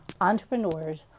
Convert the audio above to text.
entrepreneurs